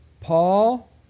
Paul